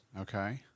Okay